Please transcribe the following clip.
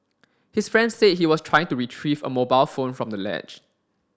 his friend said he was trying to retrieve a mobile phone from the ledge